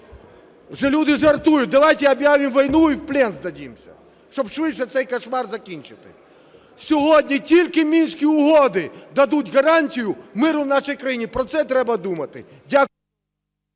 Вже люди жартують: давайте объявим войну и в плен сдадимся, щоб швидше цей кошмар закінчити. Сьогодні тільки Мінські угоди дадуть гарантію миру в нашій країні. Про це треба думати. Дякую.